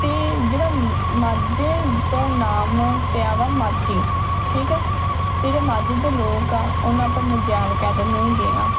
ਅਤੇ ਜਿਹੜਾ ਮਾਝੇ ਤੋਂ ਨਾਮ ਪਿਆ ਵਾ ਮਾਝੀ ਠੀਕ ਆ ਅਤੇ ਜਿਹੜੇ ਮਾਝੇ ਦੇ ਲੋਕ ਆ ਉਹਨਾਂ ਆਪਾਂ ਮਝੈਲ ਕਹਿ ਦਿੰਦੇ ਹੈਗੇ ਹਾਂ